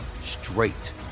straight